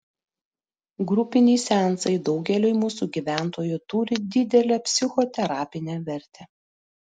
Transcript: grupiniai seansai daugeliui mūsų gyventojų turi didelę psichoterapinę vertę